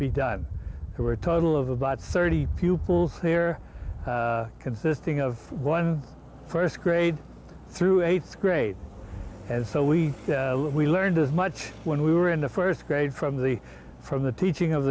be done there were a total of about thirty pupils here consisting of one first grade through eighth grade and so we learned as much when we were in the first grade from the from the teaching of